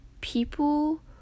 people